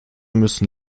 müssen